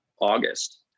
August